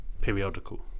periodical